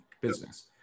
business